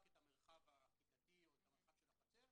זו הצעת חוק פרטית שלי יחד עם קבוצה נכבדה מאוד של חברי כנסת.